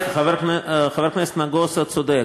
חבר הכנסת נגוסה צודק.